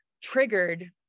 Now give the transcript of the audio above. triggered